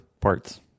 parts